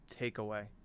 takeaway